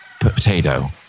potato